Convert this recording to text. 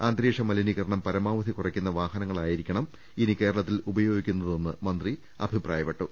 അന്തരീക്ഷ മലിനീ കരണം പരമാവധി കുറയ്ക്കുന്ന വാഹനങ്ങളായിരിക്കണം ഇനി കേരളത്തിൽ ഉപയോഗിക്കുന്നതെന്ന് മന്ത്രി അഭിപ്രായപ്പെട്ടു